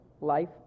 Life